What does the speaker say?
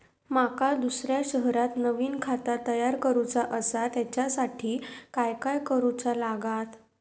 माका दुसऱ्या शहरात नवीन खाता तयार करूचा असा त्याच्यासाठी काय काय करू चा लागात?